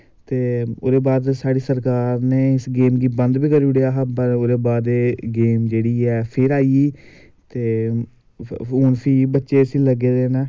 ते ओह्दे बाद च साढ़ी सरकार नै इस गेम गी बंद बी करी ओड़ेआ हा पर ओह्दै बाद एह् गेम जेह्ड़ी ऐ फिर आई गेई ते हून फ्ही बच्चे इस्सी लग्गे दे नै